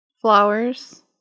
flowers